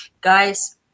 Guys